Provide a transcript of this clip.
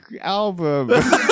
album